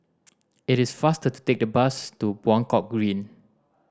it is faster to take the bus to Buangkok Green